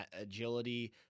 agility